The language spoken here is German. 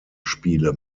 spiele